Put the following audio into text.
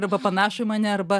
arba panašų į mane arba